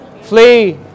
Flee